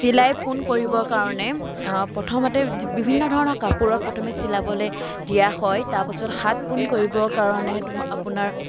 চিলাই পোন কৰিবৰ কাৰণে প্ৰথমতে বিভিন্ন ধৰণৰ কাপোৰত প্ৰথমে চিলাবলৈ দিয়া হয় তাৰাপিছত হাত পোন কৰিবৰ কাৰণে তোম আপোনাৰ